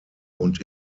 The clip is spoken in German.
und